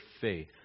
faith